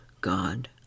God